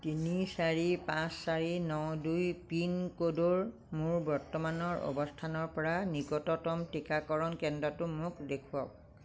তিনি চাৰি পাঁচ চাৰি ন দুই পিনক'ডৰ মোৰ বৰ্তমানৰ অৱস্থানৰ পৰা নিকটতম টীকাকৰণ কেন্দ্ৰটো মোক দেখুৱাওক